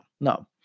No